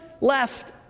left